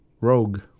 rogue